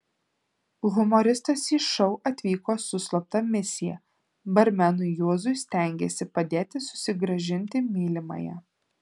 humoristas į šou atvyko su slapta misija barmenui juozui stengėsi padėti susigrąžinti mylimąją